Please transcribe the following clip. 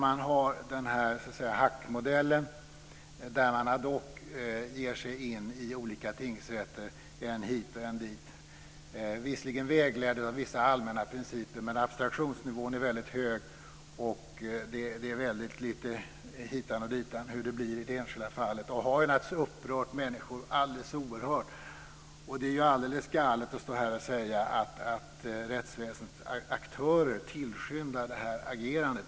Man har så att säga den här hackmodellen, där man ad hoc ger sig in i olika tingsrätter än hit och än dit. Visserligen är man vägledd av vissa allmänna principer, men abstraktionsnivån är väldigt hög och hur det blir i det enskilda fallet är väldigt hitan och ditan. Det har naturligtvis upprört människor alldeles oerhört. Det är ju alldeles galet att stå här och säga att rättsväsendets aktörer tillskyndar det här agerandet.